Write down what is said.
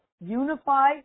unify